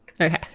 okay